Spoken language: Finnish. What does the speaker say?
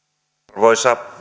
arvoisa